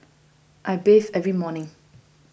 I bathe every morning